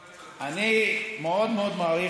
אני מאוד מאוד מעריך,